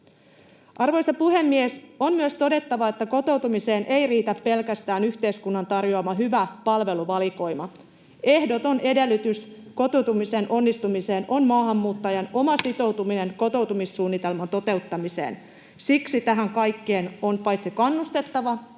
Arvoisa puhemies! On myös todettava, että kotoutumiseen ei riitä pelkästään yhteiskunnan tarjoama hyvä palveluvalikoima. Ehdoton edellytys kotoutumisen onnistumiseen on maahanmuuttajan oma sitoutuminen kotoutumissuunnitelman toteuttamiseen. Siksi tähän on kaikkien paitsi kannustettava